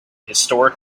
historic